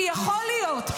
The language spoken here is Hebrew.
יכול להיות,